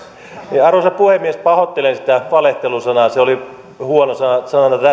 tiedäkään arvoisa puhemies pahoittelen sitä valehtelu sanaa se oli huono sana